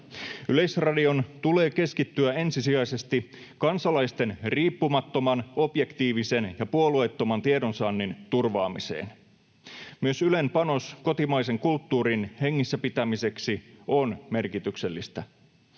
Yleisradion tulee keskittyä ensisijaisesti kansalaisten riippumattoman, objektiivisen ja puolueettoman tiedonsaannin turvaamiseen. Ylen panos kotimaisen kulttuurin hengissä pitämiseksi on myös merkityksellistä.